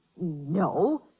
No